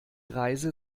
reise